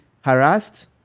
harassed